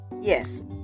Yes